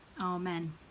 Amen